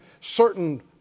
certain